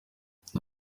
ati